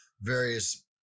various